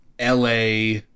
LA